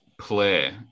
play